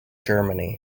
germany